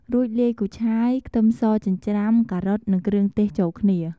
រួចលាយគូឆាយ ខ្ទឹមសចិញ្ច្រាំ ការ៉ុត និងគ្រឿងទេសចូលគ្នា។